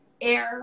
air